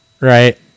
right